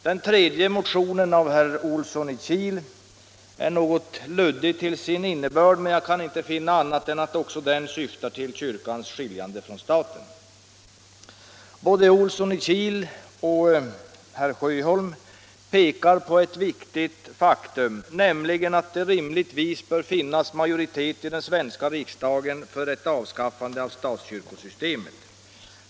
Den tredje motionen, av herr Olsson i Kil, är något luddig till sin innebörd, men jag kan inte finna annat än att den också syftar till kyrkans skiljande från staten. Både herr Olsson i Kil och herr Sjöholm pekar på ett viktigt faktum, nämligen att det rimligtvis bör finnas majoritet i den svenska riksdagen för ett avskaffande av statskyrkosystemet.